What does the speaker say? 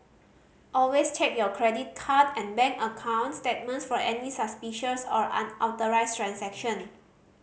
always check your credit card and bank account statements for any suspicious or unauthorised transaction